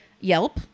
Yelp